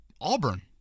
Auburn